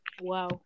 wow